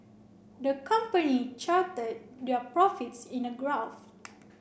the company charted their profits in a graph